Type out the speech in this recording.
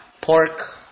pork